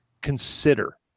Consider